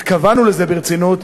והתכוונו לזה ברצינות,